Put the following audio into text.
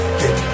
get